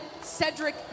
Cedric